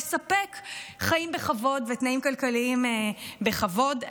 לספק חיים בכבוד ותנאים כלכליים בכבוד.